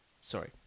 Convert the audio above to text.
sorry